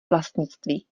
vlastnictví